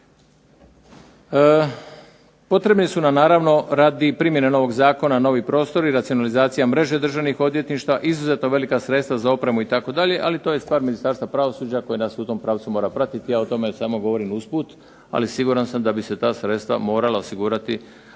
Potrebni su nam naravno radi primjene novog zakona novi prostor i racionalizacija mreže državnih odvjetništava, izuzetno velika sredstva za opremu itd., ali to je stvar Ministarstva pravosuđa koje nas u tom pravcu mora pratiti. Ja o tome samo govorim usput, ali siguran sam da bi se ta sredstva morala osigurati